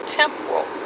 temporal